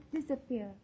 disappear